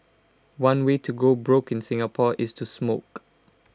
one way to go broke in Singapore is to smoke